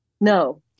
No